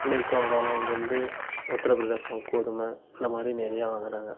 மேற்கு வங்காளம் அங்கே வந்து உத்திரப் பிரதேசம் கோதுமை இந்தமாதிரி நிறைய வாங்குறாங்க